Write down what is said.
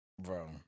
Bro